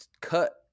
cut